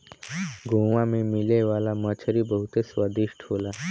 गोवा में मिले वाला मछरी बहुते स्वादिष्ट होला